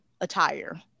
attire